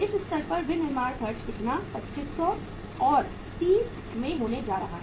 इस स्तर पर विनिर्माण खर्च कितना 2500 और 30 में होने जा रहा है